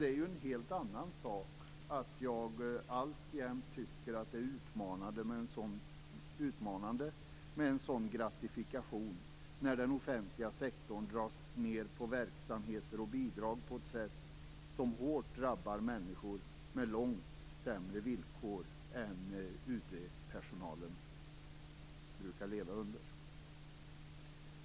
Det är en helt annan sak att jag alltjämt tycker att det är utmanande med en sådan gratifikation när den offentliga sektorn drar ned på verksamheter och bidrag på ett sätt som hårt drabbar människor med långt sämre villkor än UD-personalen brukar leva under.